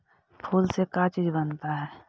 फूल से का चीज बनता है?